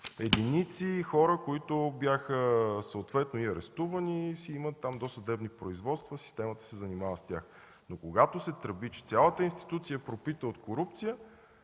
единици хора, които бяха съответно арестувани и си имат досъдебни производства, системата се занимава с тях. Но когато се тръби, че цялата институция е пропита от корупция,